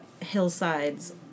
hillsides